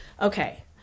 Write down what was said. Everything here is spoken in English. okay